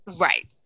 Right